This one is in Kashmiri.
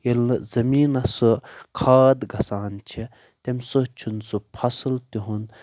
ییٚلہِ نہٕ زٔمیٖنس سُہ کھاد گژھان چھِ تمہِ سۭتۍ چھُنہٕ سُہ فصل تِہُنٛد